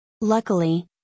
Luckily